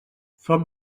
foc